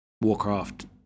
Warcraft